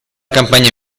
campagna